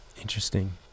Interesting